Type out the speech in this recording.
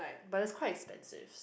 but it's quite expensive